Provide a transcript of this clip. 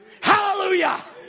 Hallelujah